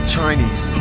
Chinese